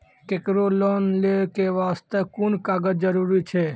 केकरो लोन लै के बास्ते कुन कागज जरूरी छै?